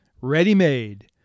ready-made